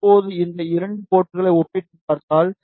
இப்போது இந்த 2 போர்ட்களை ஒப்பிட்டுப் பார்த்தால்